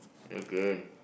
okay